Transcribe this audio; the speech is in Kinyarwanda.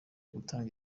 gutanga